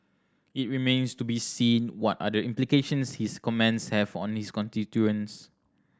it remains to be seen what are the implications his comments have on his constituents